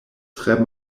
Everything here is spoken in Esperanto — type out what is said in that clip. tre